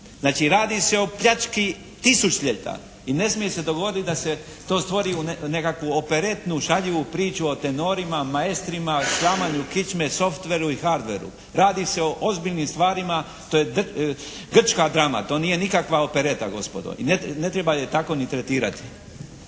Znači radi se o pljački tisućljeta i ne smije se dogoditi da to stvori nekakvu operetnu šaljivu priču o tenorima, maestrima, slamanju kičme, softweru i hardweru. Radi se o ozbiljnim stvarima. To je grčka drama, to nije nikakva opereta gospodo i ne treba je tako ni tretirati.